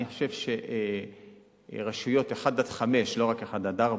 אני חושב שרשויות 1 5, לא רק 1 4,